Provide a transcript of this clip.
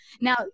Now